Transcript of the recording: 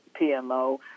PMO